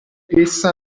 essa